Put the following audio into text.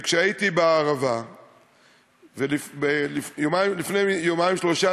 כשהייתי בערבה לפני יומיים-שלושה,